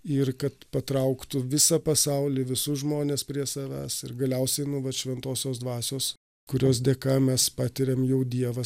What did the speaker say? ir kad patrauktų visą pasaulį visus žmones prie savęs ir galiausiai nuolat šventosios dvasios kurios dėka mes patiriam jau dievą